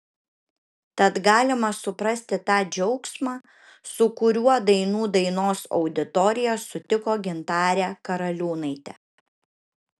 tad galima suprasti tą džiaugsmą su kuriuo dainų dainos auditorija sutiko gintarę karaliūnaitę